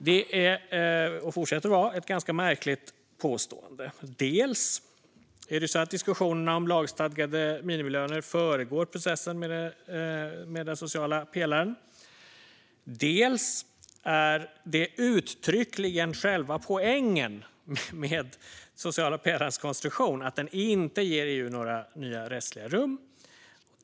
Detta fortsätter att vara ett ganska märkligt påstående. Dels är det så att diskussionerna om lagstadgade minimilöner föregår processen med den sociala pelaren. Dels är det uttryckligen själva poängen med den sociala pelarens konstruktion att den inte ger EU några nya rättsliga rum.